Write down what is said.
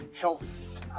health